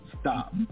stop